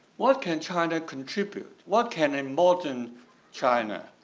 what can china contribute? what can embolden china,